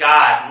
God